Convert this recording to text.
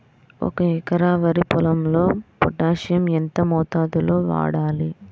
ఒక ఎకరా వరి పొలంలో పోటాషియం ఎంత మోతాదులో వాడాలి?